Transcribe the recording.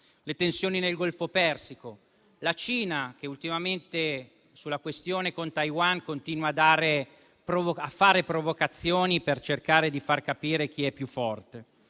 le tensioni nel Golfo Persico; la Cina che ultimamente sulla questione con Taiwan continua a fare provocazioni per cercare di far capire chi è più forte;